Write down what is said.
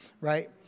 right